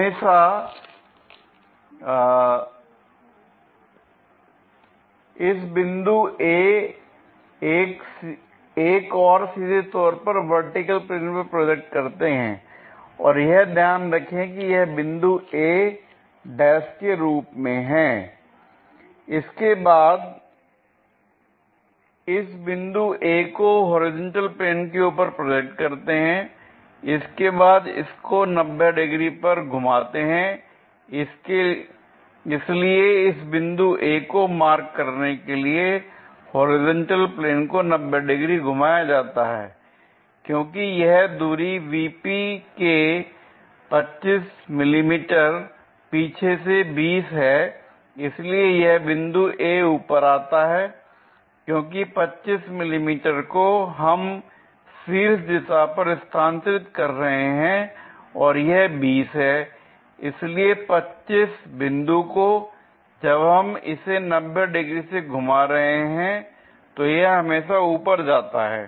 हमेशा इस बिंदु a एक और सीधे तौर पर वर्टिकल प्लेन पर प्रोजेक्ट करते हैं और यह ध्यान रखें कि यह बिंदु a ' के रूप में हैं l इसके बाद इस बिंदु A को होरिजेंटल प्लेन के ऊपर प्रोजेक्ट करते हैं इसके बाद इसको 90 डिग्री पर घुमाते हैं l इसलिए इस बिंदु A को मार्क करने के लिए होरिजेंटल प्लेन को 90 डिग्री घुमाया जाता है l क्योंकि यह दूरी VP के 25 पीछे से 20 है इसलिए बिंदु A ऊपर आता है l क्योंकि 25 मिमी को हम शीर्ष दिशा पर स्थानांतरित कर रहे हैं और यह 20 है l इसलिए 25 बिंदु को जब हम इसे 90 डिग्री से घुमा रहे हैं तो यह हमेशा ऊपर जाता है